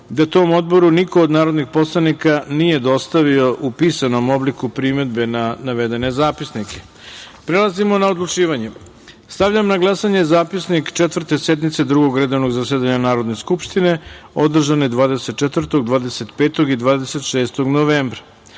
da tom Odboru niko od narodnih poslanika nije dostavio u pisanom obliku primedbe na navedene zapisnike. Prelazimo na odlučivanje. Stavljam na glasanje zapisnik Četvrte sednice Drugog redovnog zasedanja Narodne skupštine, održane 24, 25. i 26. novembra. Molim